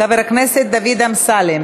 חבר הכנסת דוד אמסלם.